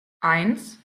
eins